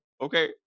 Okay